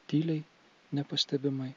tyliai nepastebimai